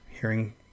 hearing